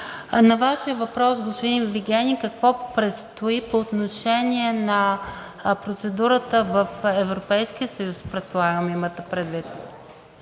На Вашия въпрос, господин Вигенин, какво предстои по отношение на процедурата в Европейския съюз, предполагам имате предвид,